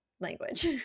language